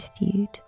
interviewed